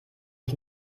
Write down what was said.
ich